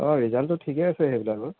অঁ ৰিজাল্টটো ঠিকে আছে সেইবিলাকত